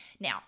Now